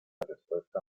respuesta